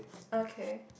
okay